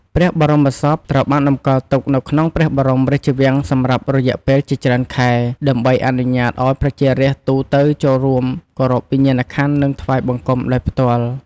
ព្រះបរមសពត្រូវបានតម្កល់ទុកនៅក្នុងព្រះបរមរាជវាំងសម្រាប់រយៈពេលជាច្រើនខែ ដើម្បីអនុញ្ញាតឱ្យប្រជារាស្ត្រទូទៅចូលរួមគោរពវិញ្ញាណក្ខន្ធ និងថ្វាយបង្គំដោយផ្ទាល់។